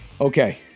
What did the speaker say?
Okay